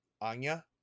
anya